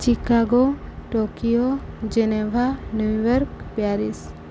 Chicago Tokyo Geneva New York Paris